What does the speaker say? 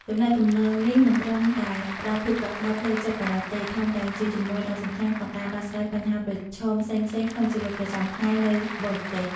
ទំនាក់ទំនងទាំងនេះមិនត្រឹមតែផ្ដល់ភាពកក់ក្ដៅផ្លូវចិត្តប៉ុណ្ណោះទេ ថែមទាំងជាជំនួយដ៏សំខាន់ក្នុងការដោះស្រាយបញ្ហាប្រឈមផ្សេងៗក្នុងជីវិតប្រចាំថ្ងៃនៅបរទេស ។